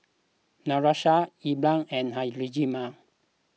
Natosha Ellar and Hjalmar